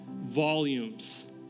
volumes